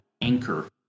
anchor